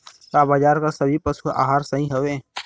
का बाजार क सभी पशु आहार सही हवें?